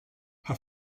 her